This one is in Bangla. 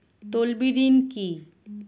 তলবি ঋন কি?